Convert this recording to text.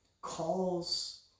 calls